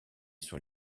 sur